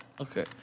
Okay